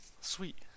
sweet